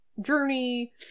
journey